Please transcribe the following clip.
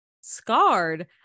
Scarred